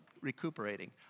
recuperating